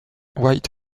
white